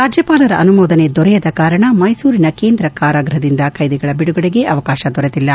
ರಾಜ್ಞಪಾಲರ ಅನುಮೋದನೆ ದೊರೆಯದ ಕಾರಣ ಮೈಸೂರಿನ ಕೇಂದ್ರ ಕಾರಗೃಹದಿಂದ ಖೈದಿಗಳ ಬಿಡುಗಡೆಗೆ ಅವಕಾಶ ದೊರೆತಿಲ್ಲ